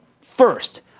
First